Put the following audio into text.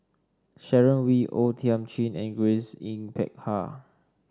Sharon Wee O Thiam Chin and Grace Yin Peck Ha